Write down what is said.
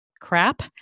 crap